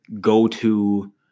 go-to